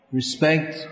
respect